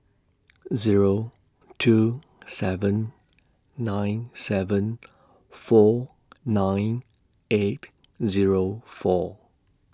Zero two seven nine seven four nine eight Zero four